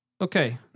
Okay